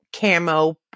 camo